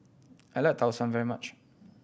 I like Tau Suan very much